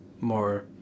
more